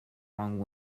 long